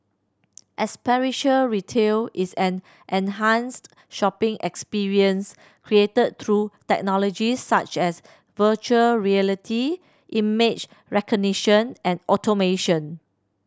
experiential retail is an enhanced shopping experience created through technologies such as virtual reality image recognition and automation